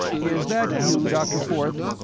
is that you, dr. forth?